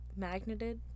Magneted